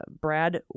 Brad